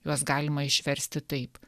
juos galima išversti taip